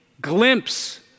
glimpse